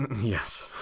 Yes